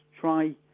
try